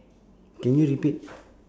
can you repeat